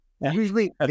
usually